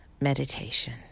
meditation